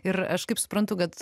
ir aš kaip suprantu kad